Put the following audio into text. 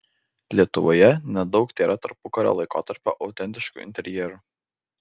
lietuvoje nedaug tėra tarpukario laikotarpio autentiškų interjerų